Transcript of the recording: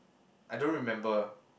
I don't remember